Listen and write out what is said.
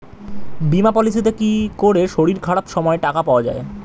বীমা পলিসিতে কি করে শরীর খারাপ সময় টাকা পাওয়া যায়?